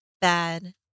bad